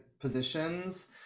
positions